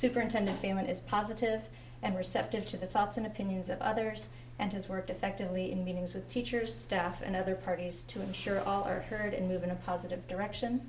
superintendent payment is positive and receptive to the thoughts and opinions of others and has worked effectively in meetings with teachers staff and other parties to ensure all are heard and move in a positive direction